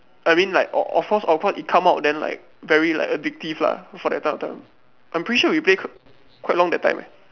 I mean like o~ of course of course it come out then like very like addictive lah for that point of time I'm pretty sure we play quite long that time eh